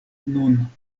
nun